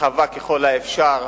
רחבה ככל האפשר,